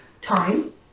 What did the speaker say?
time